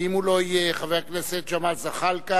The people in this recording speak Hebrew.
ואם הוא לא יהיה, חבר הכנסת ג'מאל זחאלקה,